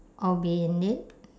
I'll be in it